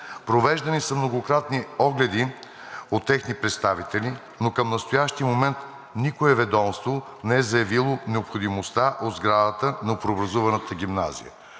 Провеждани са многократни огледи от техни представители, но към настоящия момент никое ведомство не е заявило необходимостта от сградата на преобразуваната гимназия.